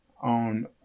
on